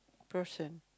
person